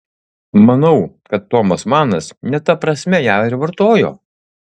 manau kad tomas manas ne ta prasme ją ir vartojo